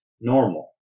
normal